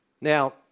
Now